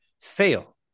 fail